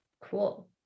cool